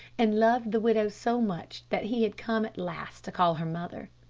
and loved the widow so much that he had come at last to call her mother.